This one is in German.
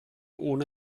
ohne